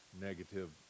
negative